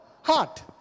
heart